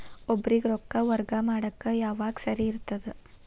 ಒಬ್ಬರಿಗ ರೊಕ್ಕ ವರ್ಗಾ ಮಾಡಾಕ್ ಯಾವಾಗ ಸರಿ ಇರ್ತದ್?